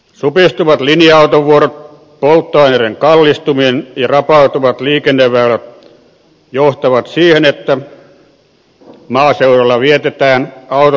supistuvat linja autovuorot polttoaineiden kallistuminen ja rapautuvat liikenneväylät johtavat siihen että maaseudulla vietetään autotonta päivää joka päivä